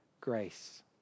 grace